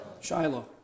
Shiloh